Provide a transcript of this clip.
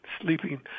sleeping